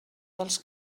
dels